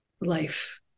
life